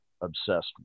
obsessed